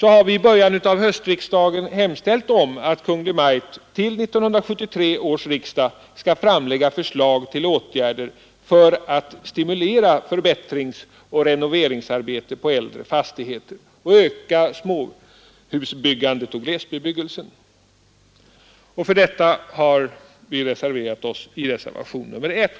har vi i början av höstriksdagen hemställt om att Kungl. Maj:t till 1973 års riksdag skall framlägga förslag till åtgärder för att stimulera förbättringsoch renoveringsarbete på äldre fastigheter och öka småhusbyggandet och glesbebyggelsen. För detta har vi reserverat oss i reservationen 1.